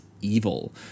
Evil